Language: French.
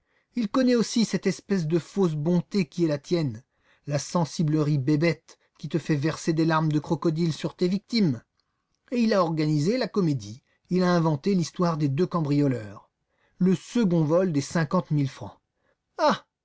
il connaît aussi cette espèce de fausse bonté qui est la tienne la sensiblerie bébête qui te fait verser des larmes de crocodile sur tes victimes et il a organisé la comédie il a inventé l'histoire des deux cambrioleurs le second vol des cinquante mille francs ah